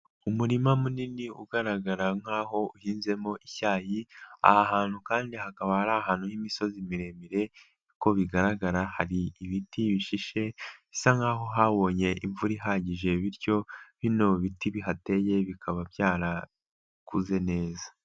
Umurima munini ugaragara nk'aho uhinzemo icyayi, aha hantu kandi hakaba hari ari ahantu h'imisozi miremire; uko bigaragara, hari ibiti bishishe bisa nk'aho habonye imvura ihagije, bityo bino biti bihateye bikaba byarakuze neza.